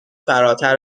فراتر